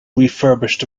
refurbished